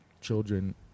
children